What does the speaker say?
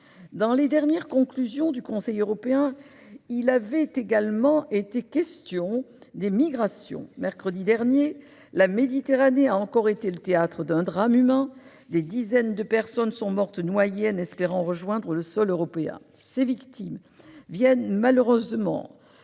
Dans les dernières conclusions du Conseil européen, il a également été question des migrations. Mercredi dernier, la Méditerranée a encore été le théâtre d'un drame humain : des dizaines de personnes sont mortes noyées en espérant rejoindre le sol européen. Ces victimes viennent malheureusement